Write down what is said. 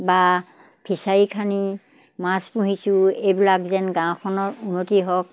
বা ফিছাৰী খান্দি মাছ পুহিছোঁ এইবিলাক যেন গাঁওখনৰ উন্নতি হওক